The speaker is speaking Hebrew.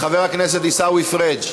חיליק, ושל מיכל רוזין.